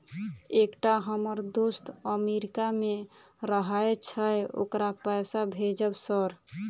एकटा हम्मर दोस्त अमेरिका मे रहैय छै ओकरा पैसा भेजब सर?